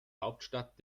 hauptstadt